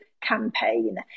Campaign